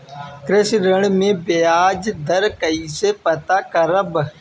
कृषि ऋण में बयाज दर कइसे पता करब?